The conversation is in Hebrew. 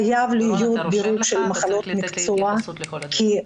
חייב להיות דירוג של מחלות מקצוע כי,